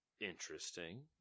Interesting